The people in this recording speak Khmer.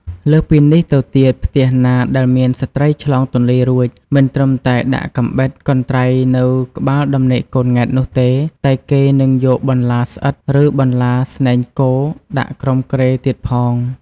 លើសពីនេះទៅទៀតផ្ទះណាដែលមានស្ត្រីឆ្លងទន្លេរួច មិនត្រឹមតែដាក់កាំបិត កន្ត្រៃនៅក្បាលដំណេកកូនង៉ែតនោះទេ តែគេនឹងយកបន្លាស្អិត ឬបន្លាស្នែងគោដាក់ក្រោមគ្រែទៀតផង។